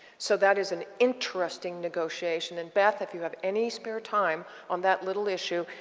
so that is an interesting negotiation. and, beth, if you have any spare time on that little issue